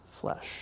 flesh